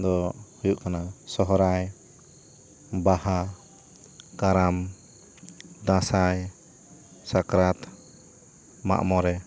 ᱫᱚ ᱦᱩᱭᱩᱜ ᱠᱟᱱᱟ ᱥᱚᱨᱦᱟᱭ ᱵᱟᱦᱟ ᱠᱟᱨᱟᱢ ᱫᱟᱸᱥᱟᱭ ᱥᱟᱠᱨᱟᱛ ᱢᱟᱜ ᱢᱚᱬᱮ